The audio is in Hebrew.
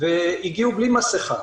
והגיעו בלי מסכה.